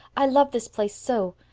i love this place so.